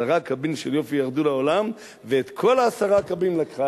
עשרה קבין של יופי ירדו לעולם,